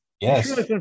Yes